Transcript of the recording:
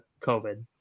covid